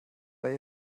bei